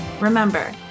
Remember